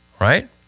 Right